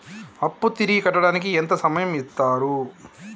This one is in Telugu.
అప్పు తిరిగి కట్టడానికి ఎంత సమయం ఇత్తరు?